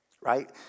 right